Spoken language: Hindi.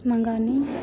मंगाने